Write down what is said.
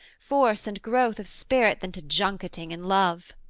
force and growth of spirit than to junketing and love.